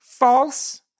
False